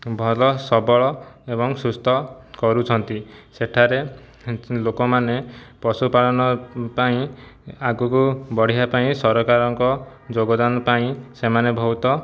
ଭଲ ସବଳ ଏବଂ ସୁସ୍ଥ କରୁଛନ୍ତି ସେଠାରେ ଲୋକମାନେ ପଶୁପାଳନ ପାଇଁ ଆଗକୁ ବଢ଼ିବା ପାଇଁ ସରକାରଙ୍କ ଯୋଗଦାନ ପାଇଁ ସେମାନେ ବହୁତ